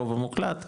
הרוב המוחלט,